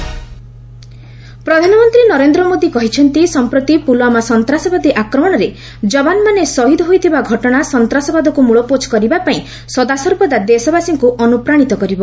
ମନ୍ କି ବାତ୍ ପ୍ରଧାନମନ୍ତ୍ରୀ ନରେନ୍ଦ୍ର ମୋଦି କହିଛନ୍ତି ସଂପ୍ରତି ପୁଲଓ୍ୱାମା ସନ୍ତାସବାଦୀ ଆକ୍ରମଣରେ ଯବାନମାନେ ଶହୀଦ ହୋଇଥିବା ଘଟଣା ସନ୍ତାସବାଦକୃ ମୂଳପୋଛ କରିବା ପାଇଁ ସଦାସର୍ବଦା ଦେଶବାସୀଙ୍କୁ ଅନୁପ୍ରାଣିତ କରିବ